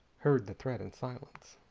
heard the threat in silence.